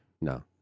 No